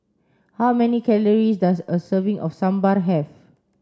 how many calories does a serving of Sambar have